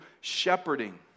shepherding